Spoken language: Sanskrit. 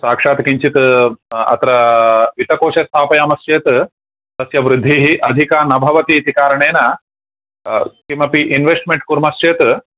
साक्षात् किञ्चित् अत्र वित्तकोशे स्थापयामश्चेत् तस्य वृद्धिः अधिका न भवतीति कारणेन किमपि इन्वेश्ट्मेण्ट् कुर्मश्चेत्